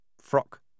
Frock